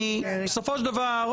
בסופו של דבר,